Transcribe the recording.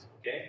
okay